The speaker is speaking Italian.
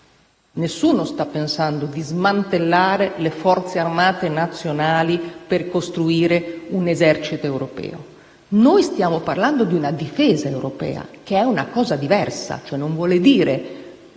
nessuno sta pensando di smantellare le forze armate nazionali per costruire un esercito europeo. Noi stiamo parlando di una difesa europea, che è cosa diversa: vuol dire,